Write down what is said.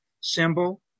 symbol